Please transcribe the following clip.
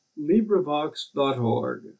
LibriVox.org